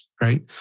right